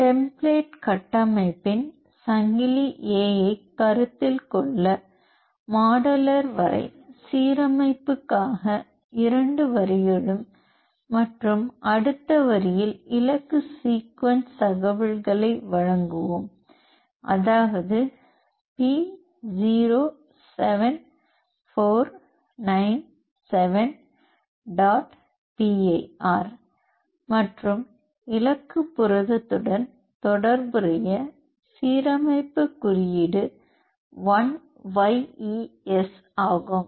template கட்டமைப்பின் சங்கிலி A ஐக் கருத்தில் கொள்ள மாடலர் வரை சீரமைப்புக்காக இரண்டு வரிகளும் மற்றும் அடுத்த வரியில் இலக்கு சீக்வென்ஸ் தகவல்களை வழங்குவோம் அதாவது P07497 dot PIR மற்றும் இலக்கு புரதத்துடன் தொடர்புடைய சீரமைப்பு குறியீடு 1YES ஆகும்